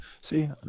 See